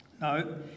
No